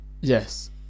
yes